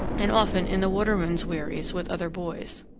and often in the watermen's wherries, with other boys.